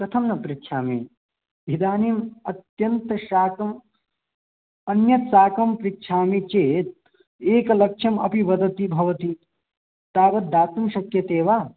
कथं न पृच्छामि इदानीम् अत्यन्तशाकम् अन्यत् शाकं पृच्छामि चेत् एकलक्षम् अपि वदति भवती तावत् दातुं शक्यते वा